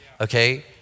okay